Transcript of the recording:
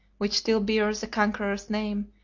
which still bears the conqueror's name,